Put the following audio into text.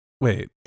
Wait